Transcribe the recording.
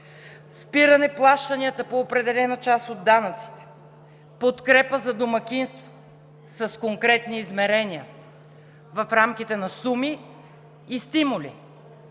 спиране плащанията по определена част от данъците, подкрепа за домакинствата с конкретни измерения в рамките на суми и стимули.